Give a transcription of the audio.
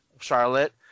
Charlotte